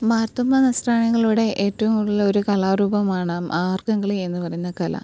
മാർത്തോമാ നസ്രാണികളുടെ ഏറ്റവും ഉള്ള ഒരു കലാരൂപമാണ് മാർഗ്ഗംകളി എന്നു പറയുന്ന കല